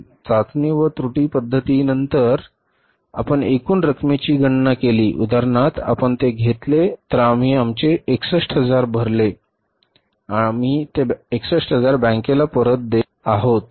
चाचणी व त्रुटी पध्दतीनंतर आपण एकूण रकमेची गणना केली उदाहरणार्थ आपण ते घेतले तर आम्ही आमचे 61000 भरले आम्ही ते 61000 बँकेला परत देत आहोत